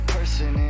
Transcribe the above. Person